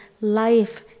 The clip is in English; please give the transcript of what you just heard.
life